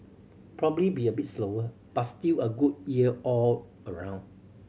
probably be a bit slower but still a good year all around